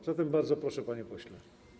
A zatem bardzo proszę, panie pośle.